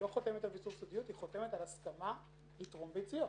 חותמת על הסכמה לתרום ביציות